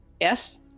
Yes